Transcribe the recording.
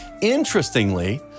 Interestingly